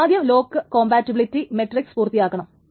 നമ്മൾക്ക് ആദ്യം lock compatibility matrix പൂർത്തിയാക്കാം